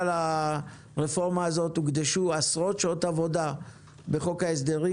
לרפורמה הזאת הוקדשו עשרות שעות עבודה בחוק ההסדרים,